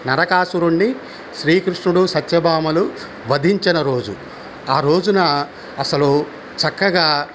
నరకాసురుడ్ని శ్రీకృష్ణుడు సత్యభామలు వధించిన రోజు ఆ రోజున అసలు చక్కగా